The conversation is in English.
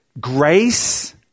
Grace